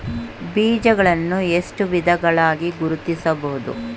ಬೀಜಗಳನ್ನು ಎಷ್ಟು ವಿಧಗಳಾಗಿ ಗುರುತಿಸಬಹುದು?